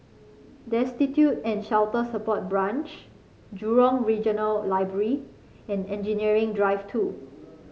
Destitute and Shelter Support Branch Jurong Regional Library and Engineering Drive Two